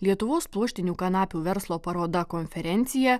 lietuvos pluoštinių kanapių verslo paroda konferencija